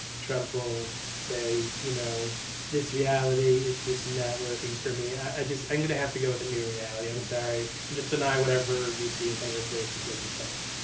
trump will say, you know this reality is just not working for me. and i just, i'm gonna have to go with a new reality, i'm sorry. and just deny whatever you see in front of your face is taking place.